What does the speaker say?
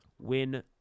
win